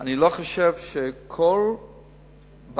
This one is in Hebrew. שאני לא חושב שכל בעיה,